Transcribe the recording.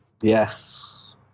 Yes